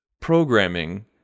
programming